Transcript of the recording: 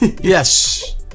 Yes